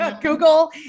Google